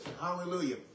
Hallelujah